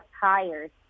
tires